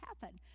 happen